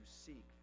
seek